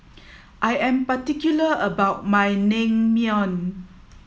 I am particular about my Naengmyeon